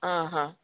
आ हा